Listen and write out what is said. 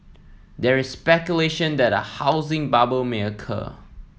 there is speculation that a housing bubble may occur